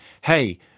hey